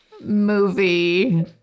movie